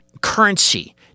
currency